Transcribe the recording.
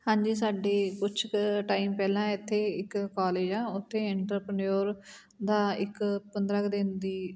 ਹਾਂਜੀ ਸਾਡੇ ਕੁਛ ਕੁ ਟਾਈਮ ਪਹਿਲਾਂ ਇੱਥੇ ਇੱਕ ਕੋਲਜ ਆ ਉੱਥੇ ਇੰਟਰਪਨਿਓਰ ਦਾ ਇੱਕ ਪੰਦਰ੍ਹਾਂ ਕੁ ਦਿਨ ਦੀ